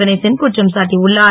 கணேசன் குற்றம் சாட்டியுள்ளார்